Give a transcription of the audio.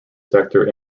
sector